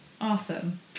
awesome